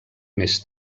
més